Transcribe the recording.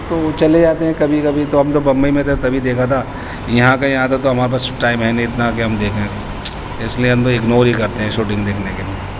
تو وہ چلے جاتے ہیں کبھی کبھی تو ہم تو بمبئی میں تھے تبھی دیکھا تھا یہاں کہیں آتا تو ہمارے پاس ٹائم ہے نہیں اتنا کہ ہم دیکھیں اس لیے ہم تو اگنور ہی کرتے ہیں شوٹنگ دیکھنے کے لیے